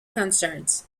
concerns